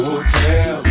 Hotel